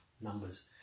numbers